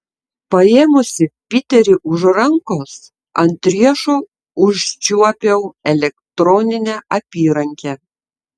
paėmusi piterį už rankos ant riešo užčiuopiau elektroninę apyrankę